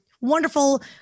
wonderful